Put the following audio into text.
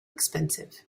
expensive